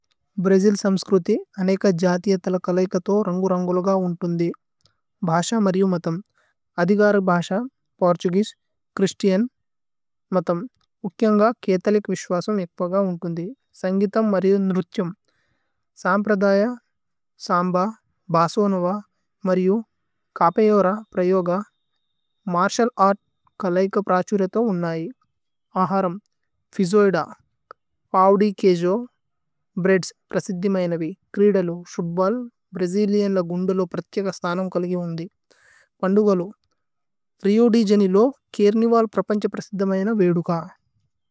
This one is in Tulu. ഭ്രജില് സമ്സ്ക്രുതി അനേക ജഥിയഥല കലൈകഥോ രന്ഗു രന്ഗുലോ ഗ ഉന്തുന്ധി ഭ്ഹശ മര്യു മഥമ്, അധിഗര ഭ്ഹശ, പോര്തുഗുഏസേ, ഛ്ഹ്രിസ്തിഅന് മഥമ് ഉക്ക്യന്ഗ കേതലിക് വിശ്വസമ് ഏക്പഗ ഉന്തുന്ധി സന്ഗീതമ് മര്യു ന്രുഥ്യമ്, സമ്പ്രദയ, സമ്ബ, ഭസോനവ മര്യു കപയോര പ്രയോഗ മര്തിഅല് അര്ത് കലൈക പ്രഛുരേ തോ ഉന്നൈ അഹരമ് ഫിജോഇദ പവ്ദി കേജോ ഭ്രേഅദ്സ് പ്രസിദ്ധി മൈനവി ക്രീദലു ശുബ്ബല്। ഭ്രജിലിഅന്ല ഗുന്ദലോ പ്രത്യഗ സനമ് കലഗി। ഉന്ധി പന്ദുഗലു രിഓ ദേ ജനേഇരോ കേഅര്നിവല്। പ്രപന്ഛ പ്രസിദ്ധ മൈന വേദുക।